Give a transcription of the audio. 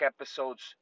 episodes